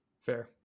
Fair